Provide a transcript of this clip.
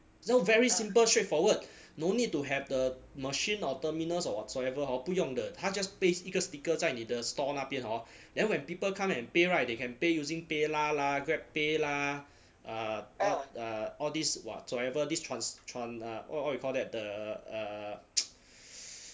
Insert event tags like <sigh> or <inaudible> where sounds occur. so very simple straightforward no need to have the machine or terminals or whatsoever hor 不用的他 just paste 一个 sticker 在你的 store 那边 hor then when people come and pay [right] they can pay using paylah lah grabpay lah uh al~ err all these whatsoever this trans~ tran~ uh what what you call that the uh <noise>